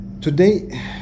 Today